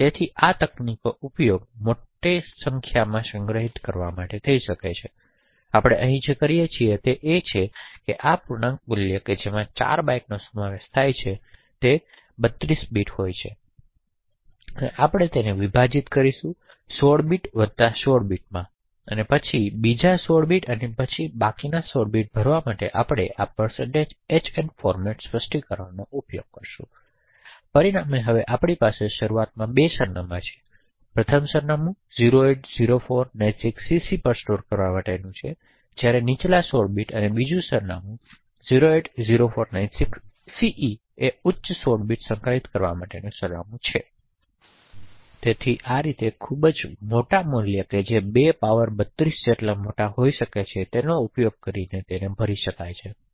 તેથી આ તકનીકનો ઉપયોગ મોટી સંખ્યામાં સંગ્રહિત કરવા માટે થઈ શકે છે તેથી આપણે અહીં જે કરીએ છીએ તે એ છે કે આ પૂર્ણાંક મૂલ્ય જેમાં 4 બાઇટ્સનો સમાવેશ થાય છે જે 32 બિટ્સ હોય છે તેથી આપણે તેને વિભાજીત કરીશું 16 બિટ્સ વત્તા 16 બિટ્સ અને પછી બીજા 16 બિટ્સ પછીના 16 બિટ્સ ભરવા માટે આપણે આhn ફોર્મેટ સ્પષ્ટીકરણનો ઉપયોગ કરીશું તેથી પરિણામે હવે આપણી પાસે શરૂઆતમાં 2 સરનામાં છે પ્રથમ સરનામું 080496CC પર સ્ટોર કરવા માટેનું સરનામું છે નીચલા 16 બિટ્સ અને બીજું સરનામું 080496CE એ ઉચ્ચ 16 બીટ્સ સંગ્રહિત કરવા માટેનું સરનામું છે તેથી આ રીતે ખૂબ મોટા મૂલ્યો જે 2 પાવર 32 જેટલા મોટા હોઈ શકે છે તેનો ઉપયોગ કરીને ભરી શકાય છે